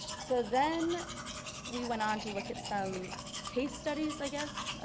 so then we went on to look at some case studies i guess.